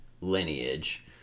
lineage